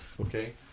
okay